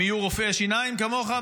הם יהיו רופאי שיניים כמוך,